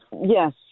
Yes